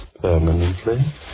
permanently